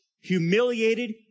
humiliated